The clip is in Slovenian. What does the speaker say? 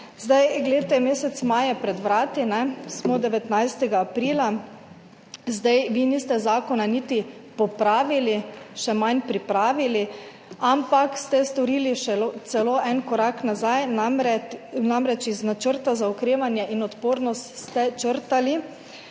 oskrbe. Mesec maj je pred vrati, smo 19. aprila. Vi niste zakona niti popravili, še manj pripravili, ampak ste storili še celo en korak nazaj, namreč iz Načrta za okrevanje in odpornost ste črtali